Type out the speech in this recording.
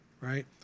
right